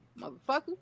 motherfucker